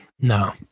No